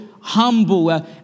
humble